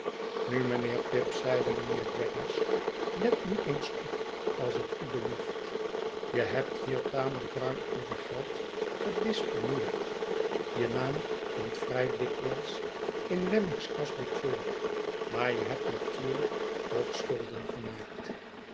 nu mynheer pip zeide mijnheer jaggers let nu eens op als het u belieft je hebt hier tamelijk ruim over geld gedisponeerd je naam komt vry dikwijls in wemmick's kasboek voor maar je hebt natuurlijk toch schulden gemaakt